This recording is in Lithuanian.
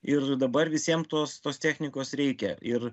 ir dabar visiem tos tos technikos reikia ir